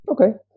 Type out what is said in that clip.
Okay